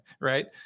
right